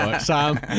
Sam